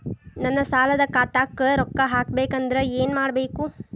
ನನ್ನ ಸಾಲದ ಖಾತಾಕ್ ರೊಕ್ಕ ಹಾಕ್ಬೇಕಂದ್ರೆ ಏನ್ ಮಾಡಬೇಕು?